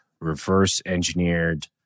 reverse-engineered